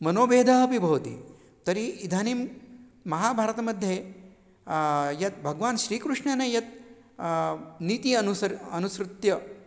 मनोभेदः अपि भवति तर्हि इदानीं महाभारतमध्ये यत् भगवान् श्रीकृष्णेन यत् नीतिः अनुसरणं अनुसृत्य